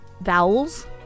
vowels